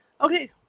Okay